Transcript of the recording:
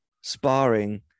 sparring